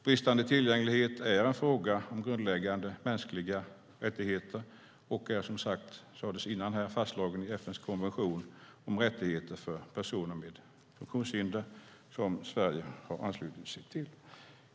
Bristande tillgänglighet är en fråga om grundläggande mänskliga rättigheter och är, som sades här innan, fastslagen i FN:s konvention om rättigheter för personer med funktionshinder som Sverige har anslutit sig till.